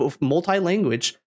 multi-language